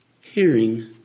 Hearing